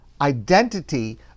identity